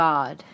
God